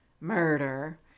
murder